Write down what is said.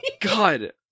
God